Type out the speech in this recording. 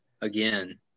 Again